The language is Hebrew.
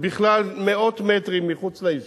זה בכלל מאות מטרים מחוץ ליישוב.